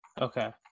okay